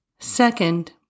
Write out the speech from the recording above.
Second